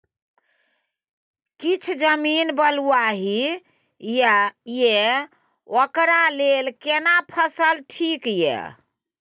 किछ जमीन बलुआही ये ओकरा लेल केना फसल ठीक ये?